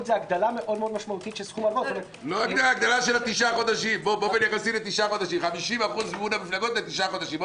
היא הגדלה מאוד משמעותית של סכום- -- באופן יחסי לתשעה חודשים.